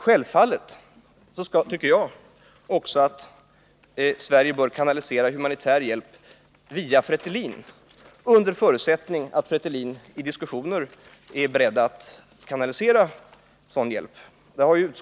Självfallet bör Sverige också, tycker jag, kanalisera humanitär hjälp via Fretilin, under förutsättning att Fretilin vid diskussioner förklarar sig beredd att kanalisera sådan hjälp.